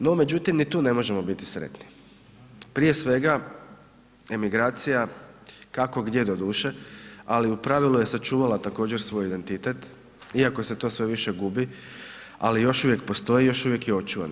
No ni tu ne možemo biti sretni, prije svega emigracija, kako gdje doduše, ali u pravilu je sačuvala također svoj identitet iako se to sve više gubi, ali još uvijek postoji, još uvijek je očuvana.